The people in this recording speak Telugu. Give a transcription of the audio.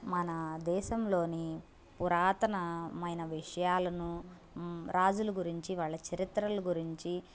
మన దేశంలోని పురాతనమైన విషయాలను రాజుల గురించి వాళ్ళ చరిత్రల గురించి